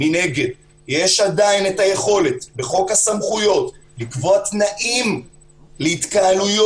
מנגד יש עדיין את היכולת בחוק הסמכויות לקבוע תנאים להתקהלויות